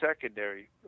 secondary